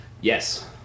Yes